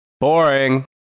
Boring